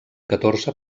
catorze